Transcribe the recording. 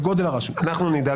בגודל הרשות -- אנחנו נדאג לזה.